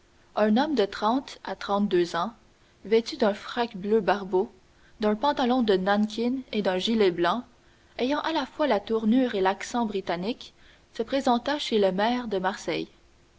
un homme de trente à trente-deux ans vêtu d'un frac bleu barbeau d'un pantalon de nankin et d'un gilet blanc ayant à la fois la tournure et l'accent britanniques se présenta chez le maire de marseille